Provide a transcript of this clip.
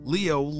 Leo